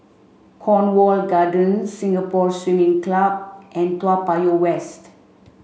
Cornwall Gardens Singapore Swimming Club and Toa Payoh West